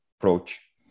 approach